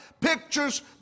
pictures